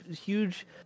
huge